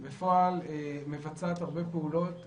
בפועל הרשות מבצעת הרבה פעולות